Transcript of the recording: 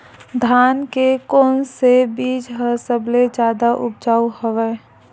धान के कोन से बीज ह सबले जादा ऊपजाऊ हवय?